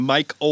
Mike